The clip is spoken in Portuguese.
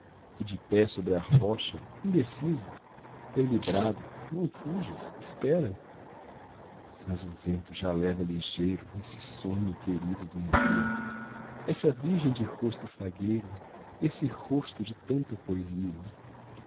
e de pé sobre a rocha indeciso eu lhe brado não fujas espera mas o vento já leva ligeiro esse sonho querido dum dia essa virgem de rosto fagueiro esse rosto de tanta poesia